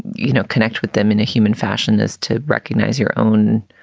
you know, connect with them in a human fashion is to recognize your own